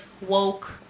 woke